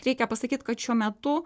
reikia pasakyt kad šiuo metu